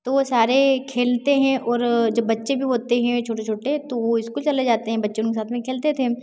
तो वो सारे खेलते हैं और जब बच्चे भी होते हैं छोटे छोटे तो वो स्कूल चले जाते हैं बच्चों के साथ में खेलते थे